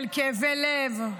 של כאבי לב,